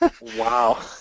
Wow